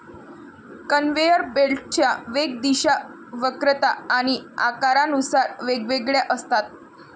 conveyor बेल्टच्या वेग, दिशा, वक्रता आणि आकारानुसार वेगवेगळ्या असतात